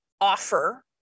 offer